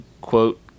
quote